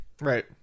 Right